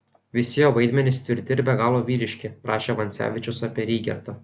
visi jo vaidmenys tvirti ir be galo vyriški rašė vancevičius apie rygertą